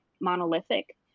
monolithic